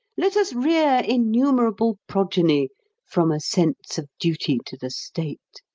let us rear innumerable progeny from a sense of duty to the state.